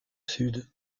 sud